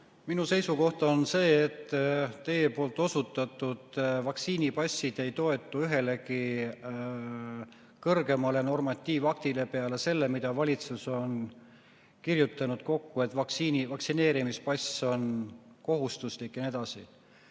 Minu seisukoht on see, et teie osutatud vaktsiinipassid ei toetu ühelegi kõrgemale normatiivaktile peale selle, mida valitsus on kokku kirjutanud – et vaktsineerimispass on kohustuslik jne.